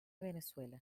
venezuela